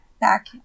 back